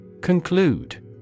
Conclude